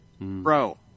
Bro